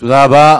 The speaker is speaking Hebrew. תודה רבה.